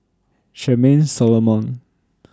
Charmaine Solomon